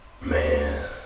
man